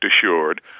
assured